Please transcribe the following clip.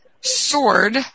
sword